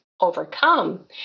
overcome